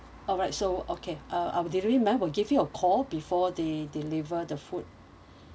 alright so okay uh our delivery man will give you a call before they deliver the food